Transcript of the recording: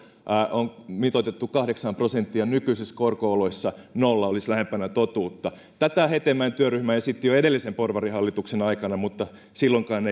on mitoitettu kahdeksaan prosenttiin ja nykyisissä korko oloissa nolla olisi lähempänä totuutta tätä hetemäen työryhmä esitti jo edellisen porvarihallituksen aikana mutta silloinkaan